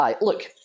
Look